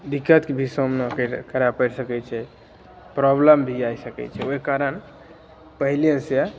दिक्कतके भी सामना कैर करऽ पड़ि सकैत छै प्रॉब्लम भी आबि सकैत छै ओहि कारण पहिले से